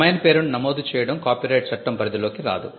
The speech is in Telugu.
డొమైన్ పేరును నమోదు చేయడం కాపీరైట్ చట్టం పరిధిలోకి రాదు